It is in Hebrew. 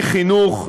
מחינוך,